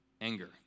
anger